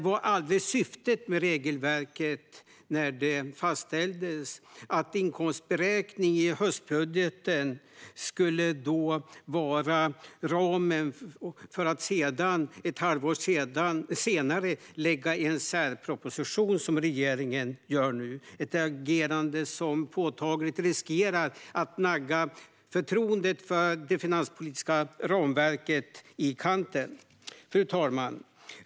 När regelverket fastställdes var aldrig syftet att inkomstberäkningen i höstbudgeten skulle vara ramen och att en särproposition skulle läggas fram ett halvår senare, så som regeringen nu gör. Detta agerande riskerar att påtagligt nagga förtroendet för det finanspolitiska ramverket i kanten. Fru talman!